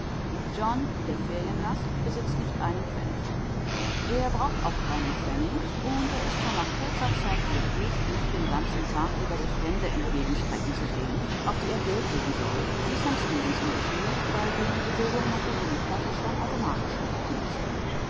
john der feriengast besitzt nicht einen pfennig er braucht auch keinen pfennig und er ist schon nach kurzer zeit glücklich nicht den ganzen tag über sich hände entgegenstrecken zu sehen auf die er geld legen soll wie es herrn stefenson geschieht bei dem die bewegung nach der brieftasche schon automatisch geworden ist